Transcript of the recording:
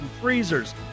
freezers